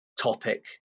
topic